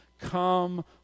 Come